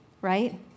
Right